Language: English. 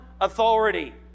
authority